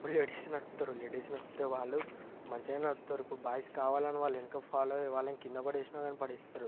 ఇప్పుడు లేడీస్ నడుపుతారు లేడీస్ నడిపితే వాళ్ళు మంచిగా నడుపుతారు ఇప్పుడు బాయ్స్ కావాలని వాళ్ళ వెనుక ఫాలో అయ్యి వాళ్ళని కింద పడేసిన గాని పడేస్తారు